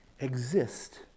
exist